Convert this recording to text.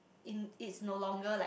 in it's no longer like